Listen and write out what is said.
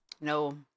no